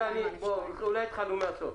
אולי התחלנו מהסוף.